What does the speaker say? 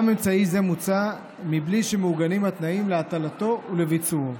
גם אמצעי זה מוצע מבלי שמעוגנים התנאים להטלתו ולביצועו.